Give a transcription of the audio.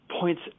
points